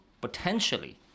potentially